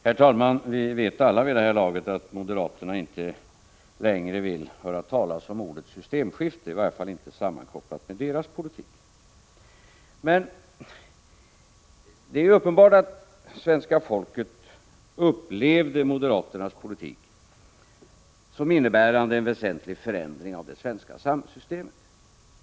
Herr talman! Vi vet alla vid det här laget att moderaterna inte längre vill höra talas om ordet systemskifte, i varje fall inte sammankopplat med deras politik. Men det är uppenbart att svenska folket upplevde moderaternas politik som innebärande en väsentlig förändring av det svenska samhällssystemet.